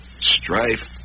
Strife